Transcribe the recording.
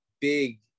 big